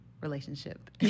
relationship